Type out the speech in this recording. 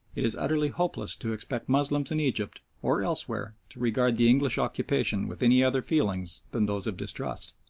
it is utterly hopeless to expect moslems in egypt or elsewhere to regard the english occupation with any other feelings than those of distrust.